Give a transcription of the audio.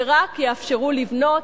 שרק יאפשרו לבנות,